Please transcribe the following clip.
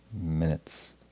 minutes